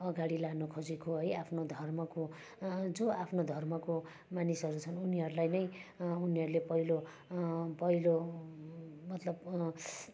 अगाडि लानु खोजेको है आफ्नो धर्मको जो आफ्नो धर्मको मानिसहरू छन् उनीहरूलाई नै उनीहरूले पहिलो पहिलो मतलब